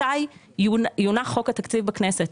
מתי יונח חוק התקציב בכנסת,